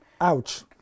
Ouch